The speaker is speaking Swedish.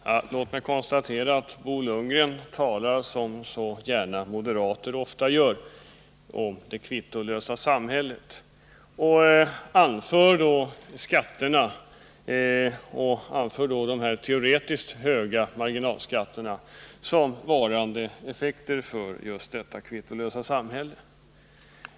Herr talman! Låt mig konstatera att Bo Lundgren, som moderater så gärna gör, talar om det kvittolösa samhället och pekar på de teoretiskt sett höga marginalskatterna såsom varande effekter därav.